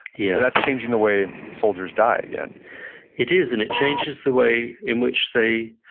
yeah that's changing the way soldiers die again it is and it changes the way in which they